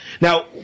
now